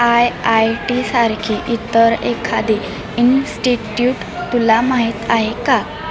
I I टीसारखी इतर एखादी इन्स्टिट्यूट तुला माहीत आहे का